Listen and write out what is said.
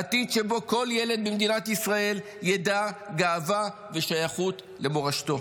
עתיד שבו כל ילד במדינת ישראל ידע גאווה ושייכות למורשתו.